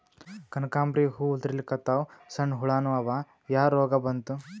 ಕನಕಾಂಬ್ರಿ ಹೂ ಉದ್ರಲಿಕತ್ತಾವ, ಸಣ್ಣ ಹುಳಾನೂ ಅವಾ, ಯಾ ರೋಗಾ ಬಂತು?